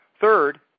Third